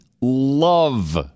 love